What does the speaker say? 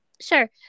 sure